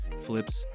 flips